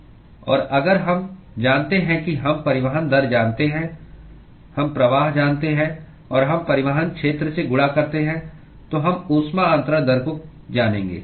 और अगर हम जानते हैं कि हम परिवहन दर जानते हैं हम प्रवाह जानते हैं और हम परिवहन क्षेत्र से गुणा करते हैं तो हम ऊष्मा अन्तरण दर को जानेंगे